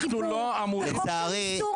אנחנו לא אמורים --- וחוק שצמים ביום כיפור